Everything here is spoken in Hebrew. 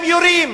הם יורים,